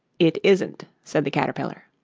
it isn't said the caterpillar.